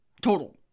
total